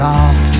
off